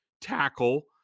tackle